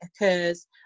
occurs